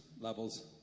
levels